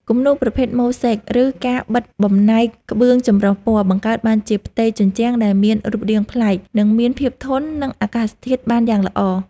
គំនូរប្រភេទ ម៉ូ-សេក ឬការបិទបំណែកក្បឿងចម្រុះពណ៌ បង្កើតបានជាផ្ទៃជញ្ជាំងដែលមានរូបរាងប្លែក និងមានភាពធន់នឹងអាកាសធាតុបានយ៉ាងល្អ។